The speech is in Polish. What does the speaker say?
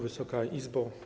Wysoka Izbo!